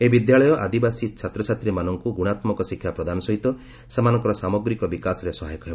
ଏହି ବିଦ୍ୟାଳୟ ଆଦିବାସୀ ଛାତ୍ରଛାତ୍ରୀମାନଙ୍କୁ ଗୁଣାତ୍ମକ ଶିକ୍ଷା ପ୍ରଦାନ ସହିତ ସେମାନଙ୍କର ସାମଗ୍ରୀକ ଓ ବ୍ୟକ୍ତିଗତ ବିକାଶରେ ସହାୟକ ହେବ